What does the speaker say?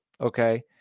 Okay